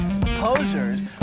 Posers